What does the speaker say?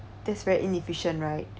that's very inefficient right